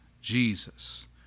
Jesus